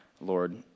Lord